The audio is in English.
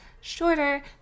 shorter